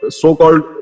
so-called